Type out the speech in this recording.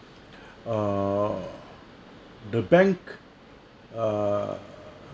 err the bank err